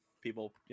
people